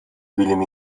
bilim